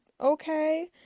okay